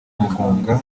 mugunga